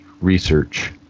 research